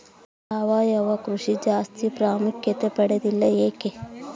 ಸಾವಯವ ಕೃಷಿ ಜಾಸ್ತಿ ಪ್ರಾಮುಖ್ಯತೆ ಪಡೆದಿಲ್ಲ ಯಾಕೆ?